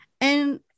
And-